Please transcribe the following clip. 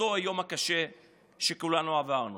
באותו יום קשה שכולנו עברנו.